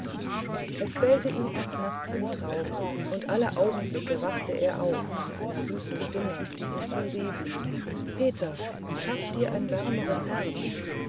es quält ihn auch nachts im traume und alle augenblicke wachte er auf an einer süßen stimme die ihm zurief peter schaff dir ein wärmeres herz